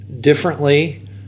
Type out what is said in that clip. differently